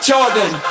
Jordan